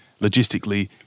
logistically